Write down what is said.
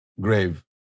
grave